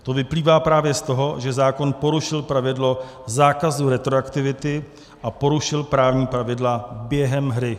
To vyplývá právě z toho, že zákon porušil pravidlo zákazu retroaktivity a porušil právní pravidla během hry.